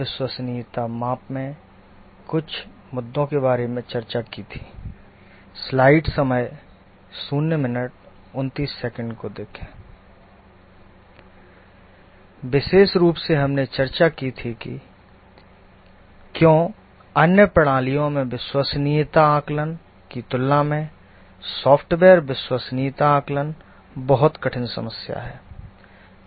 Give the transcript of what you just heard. विशेष रूप से हमने चर्चा की कि क्यों अन्य प्रणालियों के विश्वसनीयता आकलन की तुलना में सॉफ़्टवेयर विश्वसनीयता आकलन बहुत कठिन समस्या है